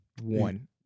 one